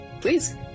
Please